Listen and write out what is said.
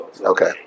okay